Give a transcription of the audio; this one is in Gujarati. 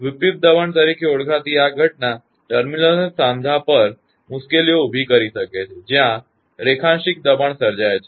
વિપરીત દબાણ તરીકે ઓળખાતી આ ઘટના ટર્મિનલ્સ અને સાંધા પર મુશ્કેલીઓ ઊભી કરી શકે છે કે જ્યાં રેખાંશિક દબાણ સર્જાય છે